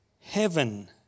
Heaven